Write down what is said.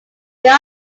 there